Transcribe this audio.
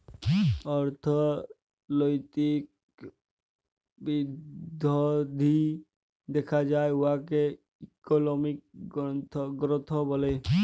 অথ্থলৈতিক বিধ্ধি দ্যাখা যায় উয়াকে ইকলমিক গ্রথ ব্যলে